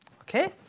okay